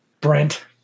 Brent